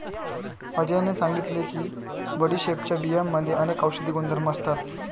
अजयने सांगितले की बडीशेपच्या बियांमध्ये अनेक औषधी गुणधर्म असतात